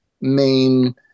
main